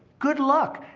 good luck,